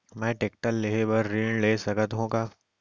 मैं टेकटर लेहे बर ऋण ले सकत हो का?